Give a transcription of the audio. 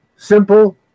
Simple